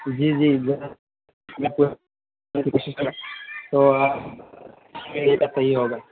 جی جی میں کوشش کرتا ہوں تو میرے صحیح ہوگا